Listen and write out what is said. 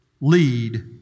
lead